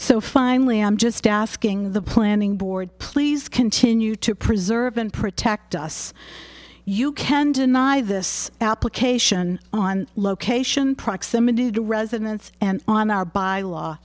so finally i'm just asking the planning board please continue to preserve and protect us you can deny this application on location proximity to residents and on our by law